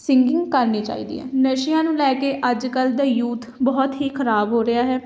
singing ਕਰਨੀ ਚਾਹੀਦੀ ਹੈ ਨਸ਼ਿਆਂ ਨੂੰ ਲੈ ਕੇ ਅੱਜ ਕੱਲ੍ਹ ਦਾ ਯੂਥ ਬਹੁਤ ਹੀ ਖਰਾਬ ਹੋ ਰਿਹਾ ਹੈ